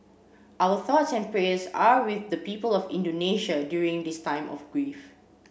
our thoughts and prayers are with the people of Indonesia during this time of grief